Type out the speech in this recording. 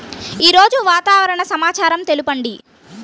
ఈరోజు వాతావరణ సమాచారం తెలుపండి